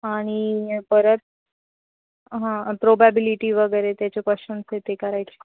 आणि परत हा प्रॉबॅबिलिटी वगैरे त्याचे क्वेशचन्स काय ते करायचे